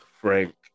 Frank